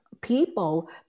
people